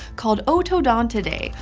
called otodontidae,